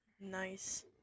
Nice